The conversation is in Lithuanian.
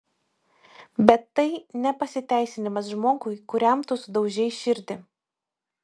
bet tai ne pasiteisinimas žmogui kuriam tu sudaužei širdį